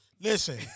Listen